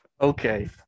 Okay